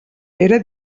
era